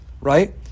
right